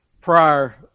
prior